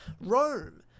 Rome